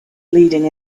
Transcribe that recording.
leading